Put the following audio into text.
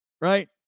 right